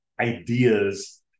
ideas